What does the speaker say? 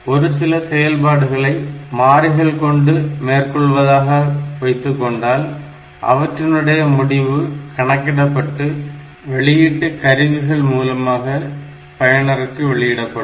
ஒரு சில செயல்பாடுகளை மாறிகள் கொண்டு மேற்கொள்வதாக வைத்துக்கொண்டால் அவற்றினுடைய முடிவு கணக்கிடப்பட்டு வெளியீட்டு கருவிகள் மூலமாக பயனர்களுக்கு வெளியிடப்படும்